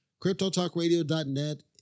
Cryptotalkradio.net